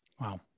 Wow